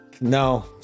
no